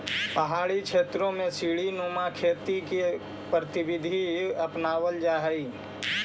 पहाड़ी क्षेत्रों में सीडी नुमा खेती की प्रविधि अपनावाल जा हई